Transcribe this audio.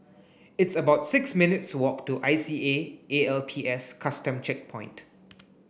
it's about six minutes walk to I C A A L P S Custom Checkpoint